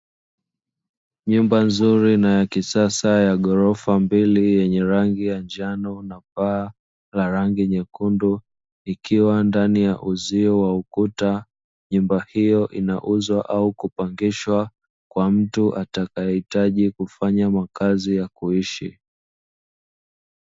Nyumba nzuri na ya kisasa ya ghorofa mbili yenye rangi ya njano na paa la rangi nyekundu, ikiwa ndani ya uzio wa ukuta. Nyumba hiyo inauzwa au kupangishwa, kwa mtu atakayehitaji kufanya makazi ya kuishi.